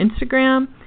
Instagram